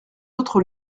autres